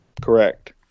correct